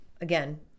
again